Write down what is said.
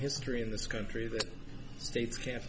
history in this country that states can't